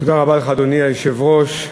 אדוני היושב-ראש,